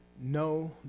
No